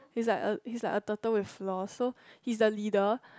he's like a he's like a turtle with flaws so he's the leader